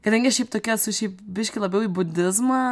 kadangi aš šiaip tokia esu šiaip biškį labiau į budizmą